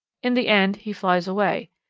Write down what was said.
in the end he flies away.